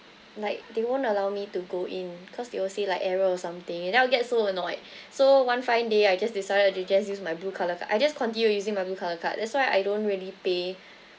like they won't allow me to go in cause they will say like error or something and then I'll get so annoyed so one fine day I just decided to just use my blue colour card I just continue using my blue colour card that's why I don't really pay